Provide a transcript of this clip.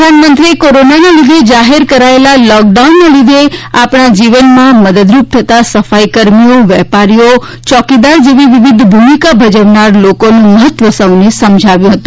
પ્રધાનમંત્રીએ કોરોનાના લીધે જાહેર કરાચેલા લોકડાઉનના લીધે આપણા જીવનમાં મદદરૂપ થતાં સફાઇ કર્મીઓ વેપારીઓ ચોકીદાર જેવી વિવિધ ભૂમિકા ભજવનાર લોકોનું મહત્વ સહુને સમજાવ્યું છે